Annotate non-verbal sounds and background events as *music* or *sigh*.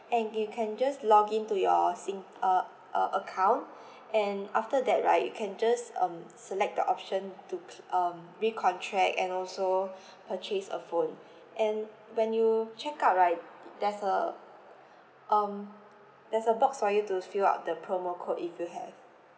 and you can just login to your sing uh a~ account *breath* and after that right you can just um select the option to cl~ um recontract and also *breath* purchase a phone and when you check out right the~ there's a um there's a box for you to fill up the promo code if you have